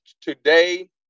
today